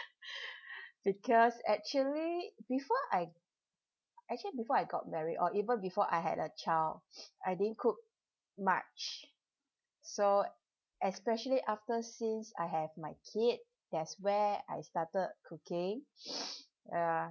because actually before I actually before I got married or even before I had a child I didn't cook much so especially after since I have my kid that's where I started cooking ya